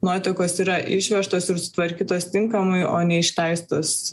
nuotekos yra išvežtos ir sutvarkytos tinkamai o neišleistos